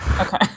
Okay